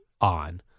on